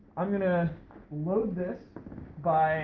i'm gonna load this by